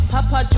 Papa